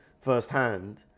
firsthand